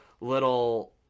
little